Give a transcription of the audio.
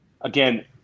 Again